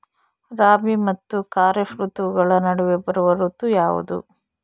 ರಾಬಿ ಮತ್ತು ಖಾರೇಫ್ ಋತುಗಳ ನಡುವೆ ಬರುವ ಋತು ಯಾವುದು?